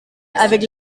avec